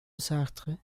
sartre